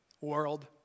world